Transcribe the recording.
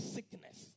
Sickness